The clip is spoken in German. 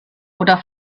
oder